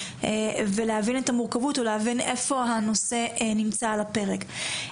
ולהבין את המורכבות ולהבין איפה הנושא נמצא על הפרק.